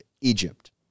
Egypt